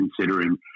considering